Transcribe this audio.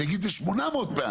אני אגיד את זה 800 פעמים.